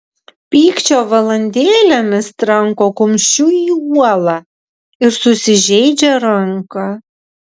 pykčio valandėlėmis tranko kumščiu į uolą ir susižeidžia ranką